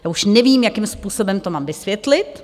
Já už nevím, jakým způsobem to mám vysvětlit.